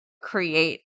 create